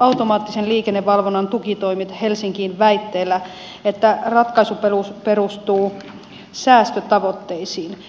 automaattisen liikennevalvonnan tukitoimet helsinkiin väitteellä että ratkaisu perustuu säästötavoitteisiin